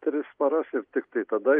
tris paras ir tiktai tada